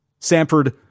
Samford